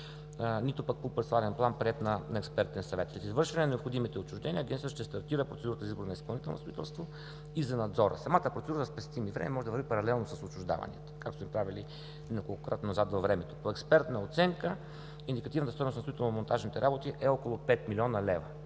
нито ПУП – парцеларен план, приет на експертен съвет. След извършване на необходимите отчуждения, Агенцията ще стартира процедурата за избор на изпълнител на строителство и за надзора. Самата процедура, за да спестим и време, може да бъде паралелно с отчуждаванията, както сме правили неколкократно назад във времето. По експертна оценка индикативната стойност на строително-монтажните работи е около 5 млн. лв.